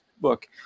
book